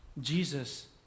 Jesus